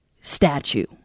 statue